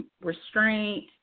restraint